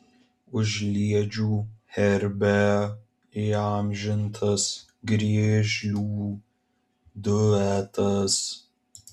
užliedžių herbe įamžintas griežlių duetas